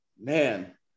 man